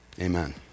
Amen